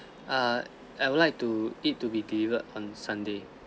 err I would like to it to be delivered on sunday